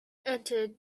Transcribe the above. entered